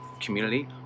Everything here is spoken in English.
community